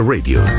Radio